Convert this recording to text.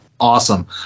awesome